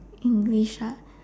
English ah